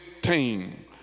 team